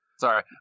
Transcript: Sorry